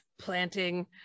planting